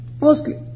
Mostly